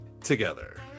together